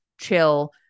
chill